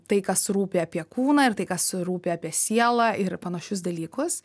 tai kas rūpi apie kūną ir tai kas rūpi apie sielą ir panašius dalykus